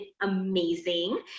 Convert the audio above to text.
amazing